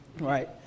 right